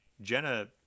Jenna